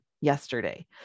yesterday